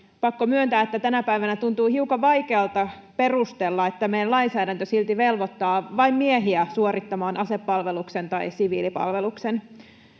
pakko myöntää, että tänä päivänä tuntuu hiukan vaikealta perustella, että meidän lainsäädäntö silti velvoittaa vain miehiä suorittamaan asepalveluksen tai siviilipalveluksen.